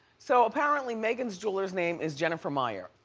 so apparently, megan's jeweler's name is jennifer meyer.